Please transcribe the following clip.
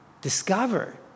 discover